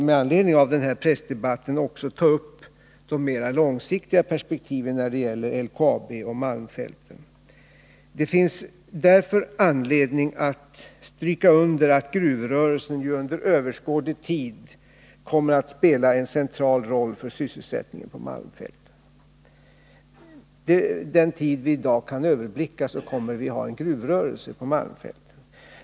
Med anledning av pressdebatten vill jag också ta upp de mera långsiktiga perspektiven när det gäller LKAB och malmfälten. Det finns anledning att stryka under att gruvrörelsen under överskådlig tid kommer att spela en central roll för sysselsättningen på malmfälten. Under den tid som vi i dag kan överblicka kommer vi att ha en gruvrörelse på malmfälten.